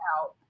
out